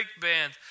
band